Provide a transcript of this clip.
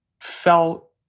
felt